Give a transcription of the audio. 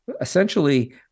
essentially